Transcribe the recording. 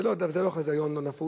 זה לא חיזיון לא נפוץ,